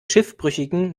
schiffbrüchigen